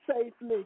safely